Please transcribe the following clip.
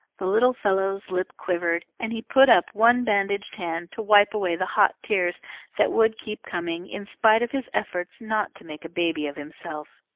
the little fellow's lip quivered, and he put up one bandaged hand to wipe away the hot tears that would keep coming, in spite of his efforts not to make a baby of himself.